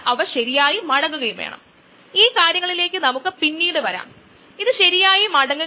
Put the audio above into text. അതിനാൽ ഉൽപാദന ആവശ്യങ്ങൾക്കായി മാത്രമല്ല വിവിധ ആവശ്യങ്ങൾക്കായി ഇത് ഉപയോഗിക്കാൻ കഴിയും